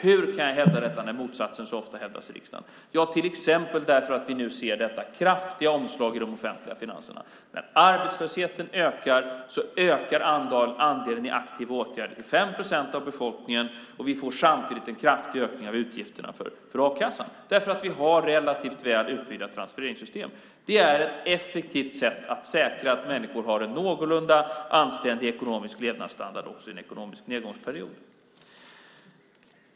Hur kan jag hävda detta, när motsatsen så ofta hävdas i riksdagen? Ja, till exempel därför att vi nu ser detta kraftiga omslag i de offentliga finanserna. När arbetslösheten ökar så ökar andelen i aktiva åtgärder till 5 procent av befolkningen, och vi får samtidigt en kraftig ökning av utgifterna för a-kassan, därför att vi har relativt väl utbyggda transfereringssystem. Det är ett effektivt sätt att säkra att människor har en någorlunda anständig ekonomisk levnadsstandard också i en ekonomisk nedgångsperiod.